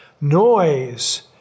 noise